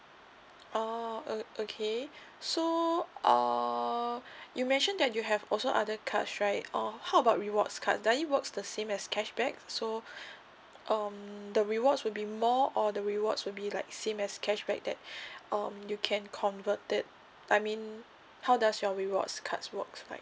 orh o~ okay so err you mentioned that you have also other cards right uh how about rewards card does it works the same as cashback so um the rewards will be more or the rewards will be like same as cashback that um you can convert it I mean how does your rewards cards works like